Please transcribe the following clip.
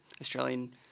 Australian